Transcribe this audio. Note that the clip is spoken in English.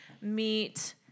meet